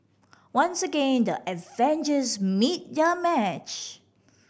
once again the Avengers meet their match